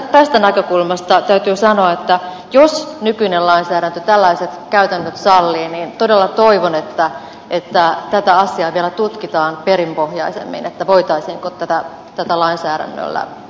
tästä näkökulmasta täytyy sanoa että jos nykyinen lainsäädäntö tällaiset käytännöt sallii niin todella toivon että tätä asiaa vielä tutkitaan perinpohjaisemmin voitaisiinko tätä lainsäädännöllä jollain tavalla ohjata